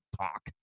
talk